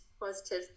positive